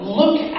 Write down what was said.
look